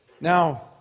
Now